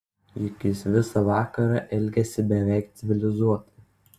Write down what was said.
juk jis visą vakarą elgėsi beveik civilizuotai